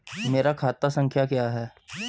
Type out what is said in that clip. मेरा खाता संख्या क्या है?